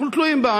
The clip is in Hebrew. אנחנו תלויים בה,